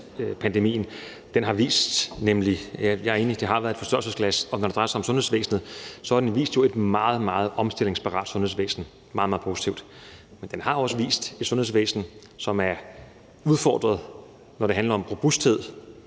par ord om coronapandemien. Jeg er enig i, at den har været et forstørrelsesglas, og når det drejer sig om sundhedsvæsenet, har den jo vist et meget, meget omstillingsparat sundhedsvæsen. Det er meget, meget positivt. Den har også vist et sundhedsvæsen, som er udfordret, når det handler om robusthed;